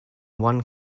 one